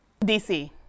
DC